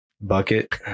bucket